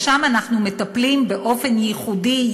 ושם אנחנו מטפלים באופן ייחודי,